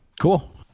Cool